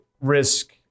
risk